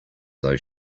though